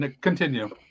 continue